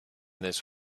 this